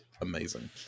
amazing